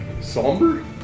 somber